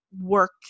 work